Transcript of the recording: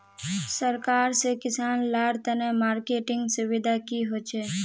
सरकार से किसान लार तने मार्केटिंग सुविधा की होचे?